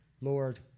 Lord